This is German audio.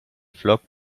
flockt